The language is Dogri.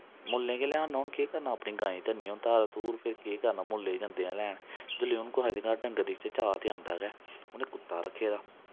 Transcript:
मु'ल्लें गै ले आना हून केह् करना अपनी गांईं ते नेईं हून धार धूर फिर केह् करना हून मु'ल्लें गै जंदे आं लेन जेल्लै हून कुसै दे घर डंगर दिखचै चाह् ते आंदा गै उ'नें कुत्ता रक्खे दा